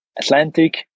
Atlantic